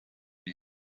you